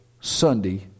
Sunday